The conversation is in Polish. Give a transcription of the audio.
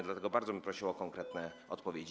Dlatego bardzo bym prosił o konkretne odpowiedzi.